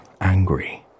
angry